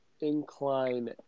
incline